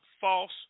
false